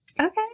okay